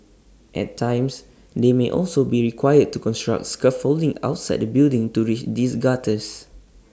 at times they may also be required to construct scaffolding outside the building to reach these gutters